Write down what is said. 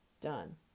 done